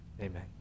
amen